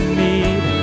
need